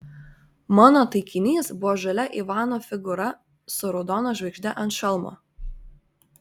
mano taikinys buvo žalia ivano figūra su raudona žvaigžde ant šalmo